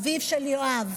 אביו של עמית: